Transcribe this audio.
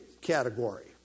category